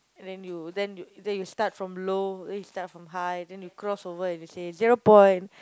then you then you then you start from low then you start from high then you cross over and you say zero point